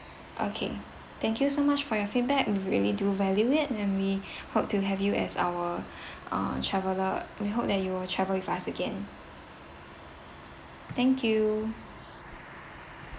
okay thank you so much for your feedback we'll really do value it and we hope to have you as our uh traveller we hope that you will travel with us again thank you